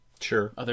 Sure